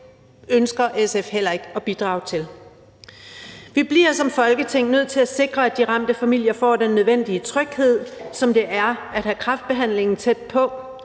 ønsker SF heller ikke at bidrage til. Vi bliver som Folketing nødt til at sikre, at de ramte familier får den nødvendige tryghed, som det er at have kræftbehandlingen tæt på,